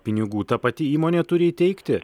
pinigų ta pati įmonė turi įteikti